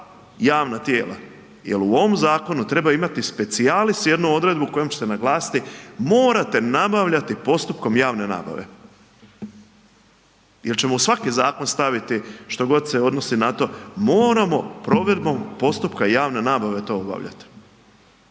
javna tijela, jel u ovom zakonu treba imati specialis jednu odredbu kojom ćete naglasiti morate nabavljati postupkom javne nabave. Jel ćemo u svaki zakon staviti što god se odnosi na to, moramo provedbom postupka javne nabave to obavljati.